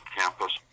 campus